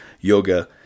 yoga